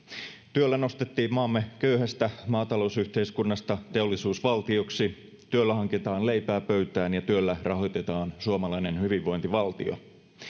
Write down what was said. työllä nostettiin maamme köyhästä maatalousyhteiskunnasta teollisuusvaltioksi työllä hankitaan leipää pöytään ja työllä rahoitetaan suomalainen hyvinvointivaltio